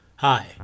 hi